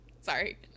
Sorry